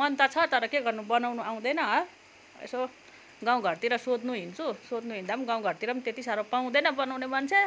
मन त छ तर के गर्नु बनाउनु आउँदैन हो यसो गाउँ घरतिर सोध्नु हिँड्छु सोध्नु हिँड्दा पनि गाउँ घरतिर पनि त्यति साह्रो पाउँदैन बनाउने मान्छे